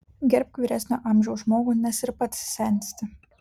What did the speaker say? gerbk vyresnio amžiaus žmogų nes ir pats sensti